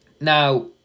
Now